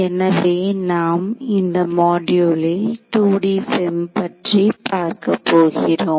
எனவே நாம் இந்த மாடியூலில் 2D FEM பற்றி பார்க்கப் போகிறோம்